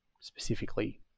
specifically